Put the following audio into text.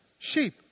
Sheep